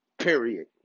Period